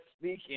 speaking